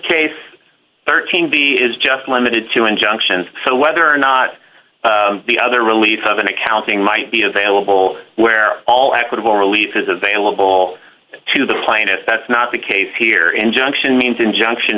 case thirteen b is just limited to injunctions so whether or not the other relief of an accounting might be available where all equitable relief is available to the plaintiff that's not the case here injunction means injunction